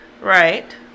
Right